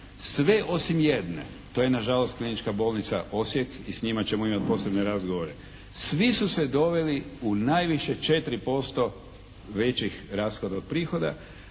sve osim jedne, to je nažalost Klinička bolnica Osijek i s njima ćemo imati posebne razgovore, svi su se doveli u najviše 4% većih rashoda od prihoda.